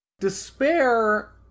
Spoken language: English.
Despair